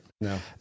No